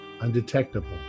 undetectable